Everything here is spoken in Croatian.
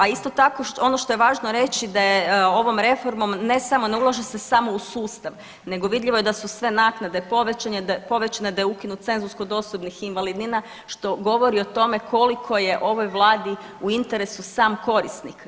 A isto tako ono što je važno reći da je ovom reformom ne samo, ne ulaže se samo u sustav nego vidljivo je da su sve naknade povećane, da je ukinut cenzus kod osobnih invalidnina što govori o tome koliko je ovoj vladi u interesu sam korisnik.